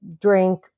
drink